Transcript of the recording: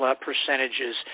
percentages